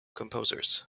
composers